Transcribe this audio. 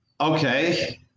okay